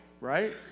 right